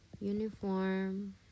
uniform